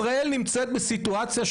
ישראל נמצאת בסיטואציה,